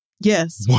yes